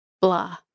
blah